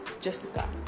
Jessica